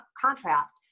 contract